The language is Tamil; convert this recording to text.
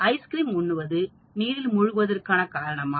ஐஸ்கிரீம் உண்ணுவது நீரில் மூழ்குவதற்கு காரணமா